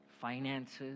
finances